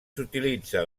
s’utilitza